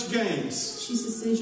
games